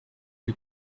les